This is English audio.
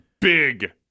big